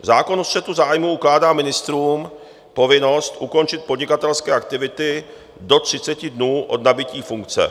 Zákon o střetu zájmů ukládá ministrům povinnost ukončit podnikatelské aktivity do třiceti dnů od nabytí funkce.